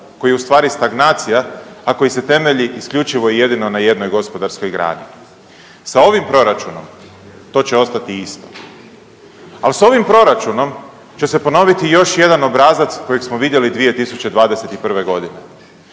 koji je ustvari stagnacija, a koji se temelji isključivo i jedino na jednoj gospodarskoj grani, sa ovim proračunom to će ostati isto. Ali s ovim proračunom će se ponoviti još jedan obrazac kojeg smo vidjeli 2021.g.,